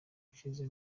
ukize